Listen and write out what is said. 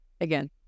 Again